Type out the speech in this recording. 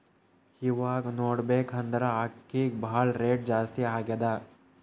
ಇವಾಗ್ ನೋಡ್ಬೇಕ್ ಅಂದ್ರ ಅಕ್ಕಿಗ್ ಭಾಳ್ ರೇಟ್ ಜಾಸ್ತಿ ಆಗ್ಯಾದ